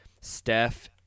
Steph